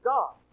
God